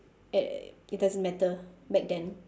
uh it doesn't matter back then